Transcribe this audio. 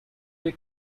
they